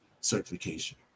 certification